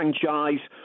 franchise